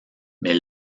mais